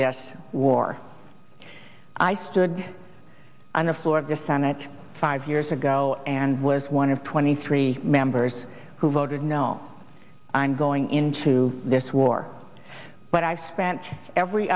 this war i stood on the floor of the senate five years ago and was one of twenty three members who voted no i'm going into this war but i spent every